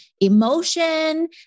emotion